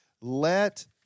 let